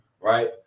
right